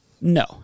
No